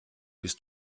bist